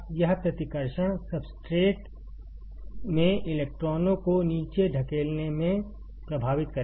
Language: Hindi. यह प्रतिकर्षण सब्सट्रेट में इलेक्ट्रॉनों को नीचे धकेलने में प्रभावित करेगा